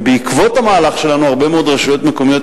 בעקבות המהלך שלנו הרבה מאוד רשויות מקומיות